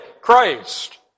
Christ